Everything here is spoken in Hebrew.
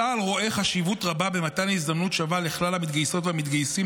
צה"ל רואה חשיבות רבה במתן הזדמנות שווה לכלל המתגייסות והמתגייסים